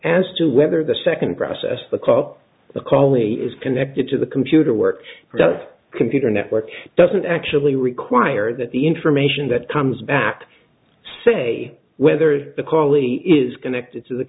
as to whether the second process the called the call me is connected to the computer work the computer network doesn't actually require that the information that comes back say whether the callie is connected to the